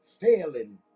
failing